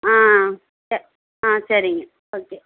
ஆ ச ஆ சரிங்க ஓகே